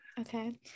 Okay